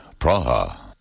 Praha